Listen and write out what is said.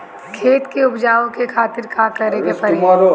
खेत के उपजाऊ के खातीर का का करेके परी?